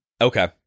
Okay